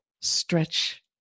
stretch